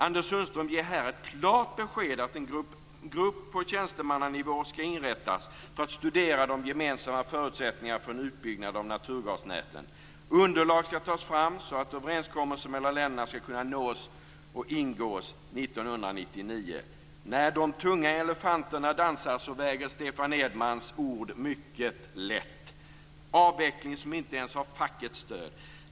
Anders Sundström ger här ett klart besked om att en grupp på tjänstemannanivå skall inrättas för att studera de gemensamma förutsättningarna för en utbyggnad av naturgasnäten. Underlag skall tas fram så att överenskommelser mellan länderna skall kunna nås och ingås 1999. När de tunga elefanterna dansar, väger Stefan Edmans ord mycket lätt! Avvecklingen har inte ens fackets stöd.